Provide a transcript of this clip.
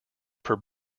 per